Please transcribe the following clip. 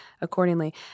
accordingly